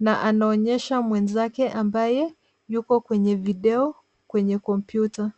na anaonyesha mwenzake ambaye yuko kwenye video, kwenye kompyuta.